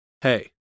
Hey